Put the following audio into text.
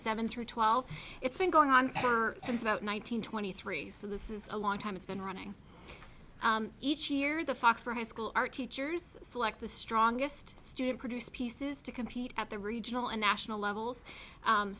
seven through twelve it's been going on since about one nine hundred twenty three so this is a long time it's been running each year the fox for high school our teachers select the strongest student produced pieces to compete at the regional and national levels